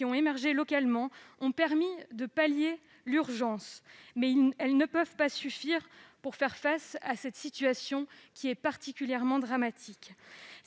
qui ont émergé localement ont permis de pallier l'urgence, mais cela ne saurait suffire à faire face à cette situation particulièrement dramatique.